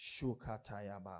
Shukatayaba